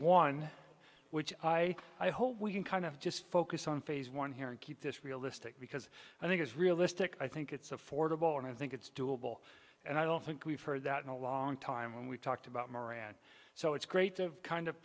one which i i hope we can kind of just focus on phase one here and keep this realistic because i think it's realistic i think it's affordable and i think it's doable and i don't think we've heard that in a long time when we talked about moran so it's great to have kind of